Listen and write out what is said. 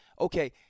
okay